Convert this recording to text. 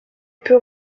peu